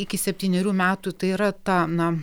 iki septynerių metų tai yra ta na